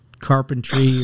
carpentry